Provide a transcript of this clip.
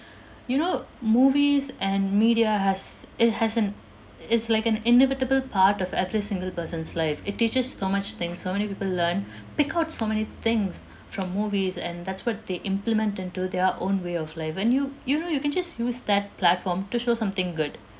you know movies and media has it has an it's like an inevitable part of every single person's life it teaches so much things so many people learn we got so many things from movies and that's what they implement into their own way of life and you you know you can just use that platform to show something good